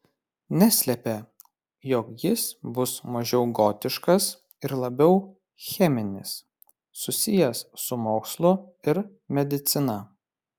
neslėpė jog jis bus mažiau gotiškas ir labiau cheminis susijęs su mokslu ir medicina